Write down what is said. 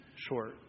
short